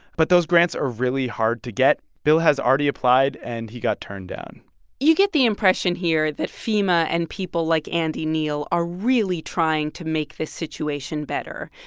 but those grants are really hard to get. bill has already applied, and he got turned down you get the impression here that fema and people like andy neal are really trying to make this situation better.